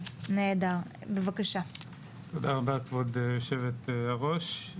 תודה רבה גברת יושבת הראש.